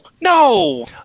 no